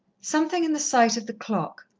something in the sight of the clock,